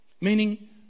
Meaning